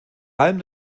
allem